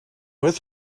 with